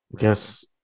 Yes